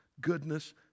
goodness